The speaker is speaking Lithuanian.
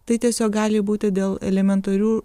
tai tiesiog gali būti dėl elementarių